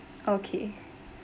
okay